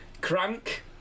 Crank